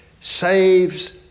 saves